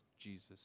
jesus